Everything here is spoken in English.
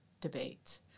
debate